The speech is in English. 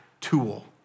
tool